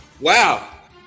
Wow